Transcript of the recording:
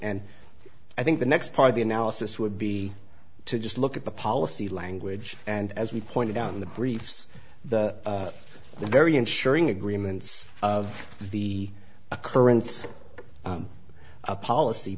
and i think the next part of the analysis would be to just look at the policy language and as we pointed out in the briefs the very ensuring agreements of the occurrence of policy